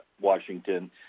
Washington